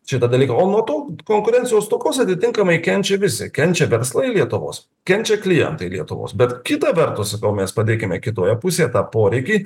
čia tą dalyką o nuo to konkurencijos stokos atitinkamai kenčia visi kenčia verslai lietuvos kenčia klientai lietuvos bet kita vertus sakau mes padėkime kitoje pusėje tą poreikį